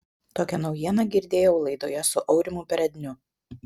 tokią naujieną girdėjau laidoje su aurimu peredniu